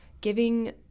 giving